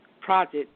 project